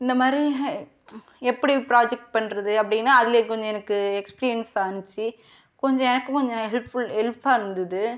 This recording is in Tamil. இந்த மாதிரி எப்படி ப்ராஜெக்ட் பண்றது அப்படின்னு அதில் கொஞ்சம் எனக்கு எக்ஸ்பிரியன்ஸ் ஆனிச்சி கொஞ்சம் எனக்கு கொஞ்சம் ஹெல்ப்ஃபுல் ஹெல்ஃபாக இருந்தது